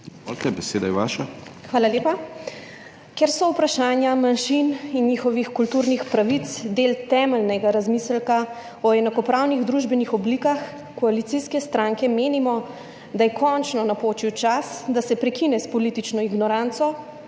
Hvala lepa. Ker so vprašanja manjšin in njihovih kulturnih pravic del temeljnega razmisleka o enakopravnih družbenih oblikah, koalicijske stranke menimo, da je končno napočil čas, da se prekine s politično ignoranco,